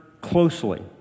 closely